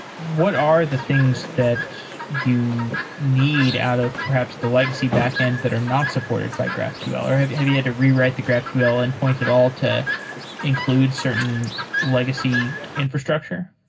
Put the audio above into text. what are the things that you need out of perhaps the legacy backend that are not supported by graphql, or have have you had to rewrite the graphql endpoint at all to include certain legacy infrastructure?